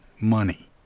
money